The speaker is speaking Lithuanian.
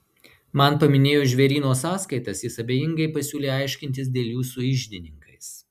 man paminėjus žvėryno sąskaitas jis abejingai pasiūlė aiškintis dėl jų su iždininkais